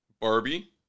barbie